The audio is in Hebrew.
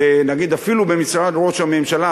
נגיד אפילו במשרד ראש הממשלה,